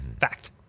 Fact